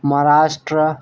Maharashtra